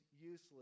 useless